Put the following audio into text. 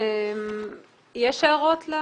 יש הערות?